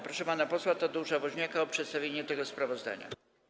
Proszę pana posła Tadeusza Woźniaka o przedstawienie tego sprawozdania.